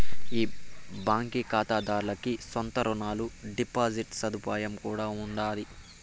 ఈ బాంకీ కాతాదార్లకి సొంత రునాలు, డిపాజిట్ సదుపాయం కూడా ఉండాది